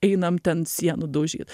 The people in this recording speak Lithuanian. einam ten sienų daužyt